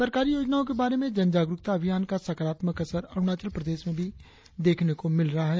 सरकारी योजनाओं के बारे में जागरुकता अभियान का सकारात्मक असर अरुणाचल प्रदेश में भी देखने को मिल रहा है